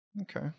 Okay